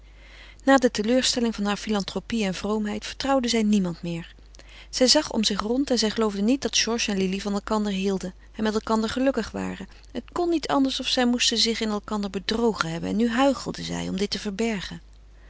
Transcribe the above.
na de teleurstelling harer filantropie en vroomheid vertrouwde zij niemand meer zij zag om zich rond en zij geloofde niet dat georges en lili van elkander hielden en met elkander gelukkig waren het kon niet anders of zij moesten zich in elkander bedrogen hebben en nu huichelden zij om dit te verbergen